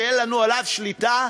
שאין לנו עליו שליטה,